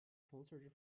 concert